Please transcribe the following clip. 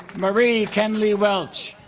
maria kenleigh welch